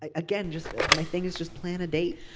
ah again just my thing is just plan a date.